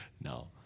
No